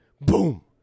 Boom